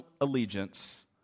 allegiance